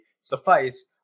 suffice